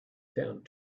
found